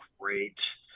great